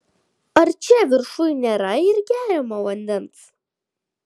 ar čia viršuj nėra ir geriamo vandens